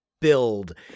build